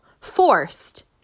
forced